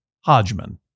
Hodgman